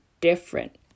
different